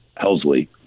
Helsley